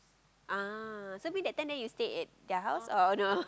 ah so mean that time then you stay at their house or no